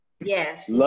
Yes